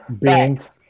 Beans